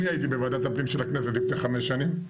אני הייתי בוועדת הפנים של הכנסת לפני חמש שנים,